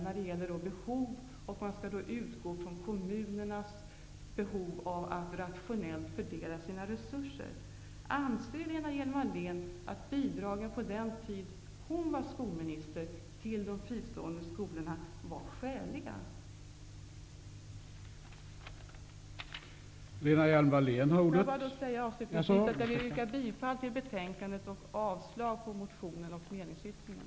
När det gäller behov skall man utgå från kommunens behov av att rationellt fördela sina resurser och då vill jag fråga Lena Hjelm-Wallén: Anser Lena Hjelm-Wallén att bidragen till de fristående skolorna var skäliga på den tiden hon var skolminister? Avslutningsvis vill jag yrka bifall till utskottets hemställan och avslag på motionen och meningsyttringen.